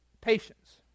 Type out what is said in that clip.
patience